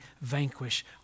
vanquish